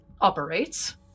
operates